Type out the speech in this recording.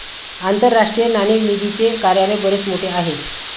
आंतरराष्ट्रीय नाणेनिधीचे कार्यालय बरेच मोठे आहे